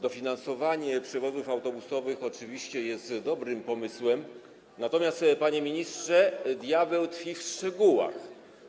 Dofinansowanie przewozów autobusowych oczywiście jest dobrym pomysłem, natomiast, panie ministrze, diabeł tkwi w szczegółach.